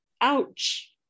ouch